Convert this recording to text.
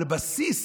על בסיס